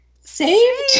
saved